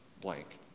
blank